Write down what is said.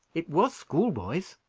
it was schoolboy's.